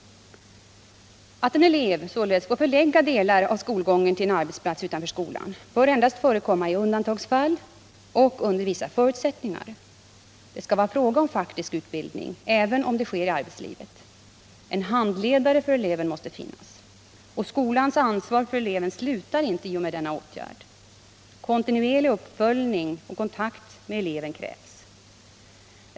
Att en elev får förlägga delar av skolgången till en arbetsplats utanför skolan bör endast förekomma i undantagsfall och under vissa förutsättningar. Det skall vara fråga om faktisk utbildning, även om den sker i arbetslivet. En handledare för eleven måste finnas. Skolans ansvar för eleven slutar inte i och med denna åtgärd. Kontinuerlig uppföljning och kontakt med eleven krävs.